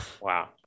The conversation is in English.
Wow